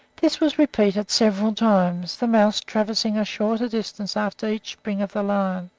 this was repeated several times, the mouse traversing a shorter distance after each spring of the lion.